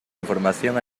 información